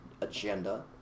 agenda